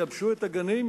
יבשו את הגנים,